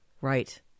Right